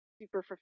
super